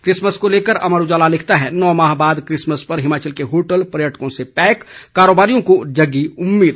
Christmas को लेकर अमर उजाला लिखता है नौ माह बाद किसमस पर हिमाचल के होटल पर्यटकों से पैक कारोबारियों को जगी उम्मीद